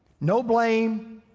no blame,